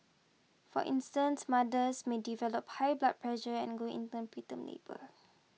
for instance mothers may develop high blood pressure and go into preterm labour